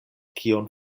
kion